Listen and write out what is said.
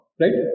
right